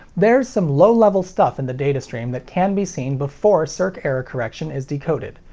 there's some low-level stuff in the datastream that can be seen before circ error correction is decoded.